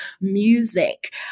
music